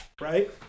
right